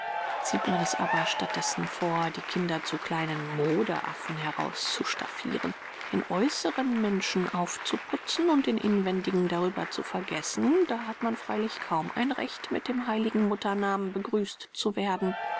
zieht man es aber statt dessen vor die kinder zu kleinen modeaffen herauszustaffiren den äußeren menschen aufzuputzen und den inwendigen darüber zu vergessen da hat man freilich kaum ein recht mit dem heiligen mutternamen begrüßt zu werden